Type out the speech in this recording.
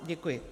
Děkuji.